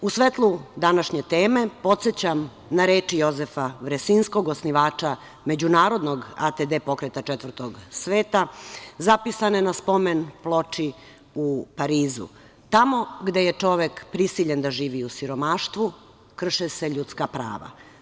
U svetlu današnje teme podsećam na reči Jozefa Vresinskog osnivača međunarodnog ATD Pokreta četvrtog sveta zapisanih na spomen-ploči u Parizu: „Tamo gde je čovek prisiljen da živi u siromaštvu krše se ljudska prava.